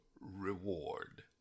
reward